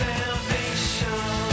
Salvation